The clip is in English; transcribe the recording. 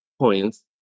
points